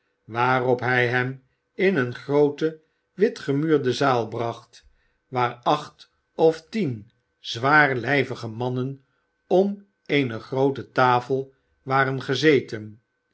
waarop hij hem in eene groote witgemuurde zaal bracht waar acht of tien zwaarlijvige mannen om eene groote tafel waren gezeten